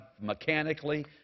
mechanically